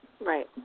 Right